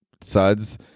suds